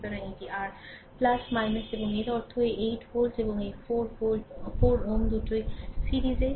সুতরাং এটি r এবং এর অর্থ এই 8 ভোল্ট এবং এই 4 Ω এই দুটি সিরিজে